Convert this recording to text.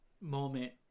moment